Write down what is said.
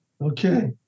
Okay